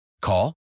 Call